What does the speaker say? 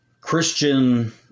Christian